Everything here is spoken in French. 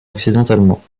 accidentellement